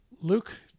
Luke